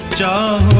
da